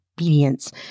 obedience